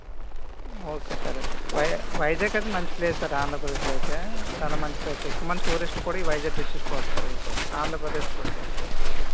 okay sir అయితే వై వైజాగ్ అయితే మంచి ప్లేస్ ఆంధ్రప్రదేశ్లో అయితే చాలా మంచి ప్లేస్ సార్ ఎక్కువ మంది టూరిస్ట్లు కూడా ఈ వైజాగ్ డిస్ట్రిక్ట్కే వస్తారు ఎక్కువ ఆంధ్రప్రదేశ్కి వచ్చేసరికి